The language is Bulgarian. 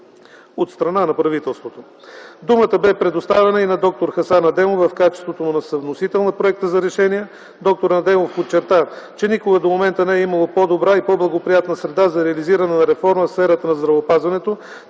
от страна на правителството. Думата бе предоставена и на д-р Хасан Адемов в качеството му на съвносител на проекта за решение. Доктор Адемов подчерта, че никога до момента не е имало по-добра и по-благоприятна среда за реализиране на реформа в сферата на здравеопазването,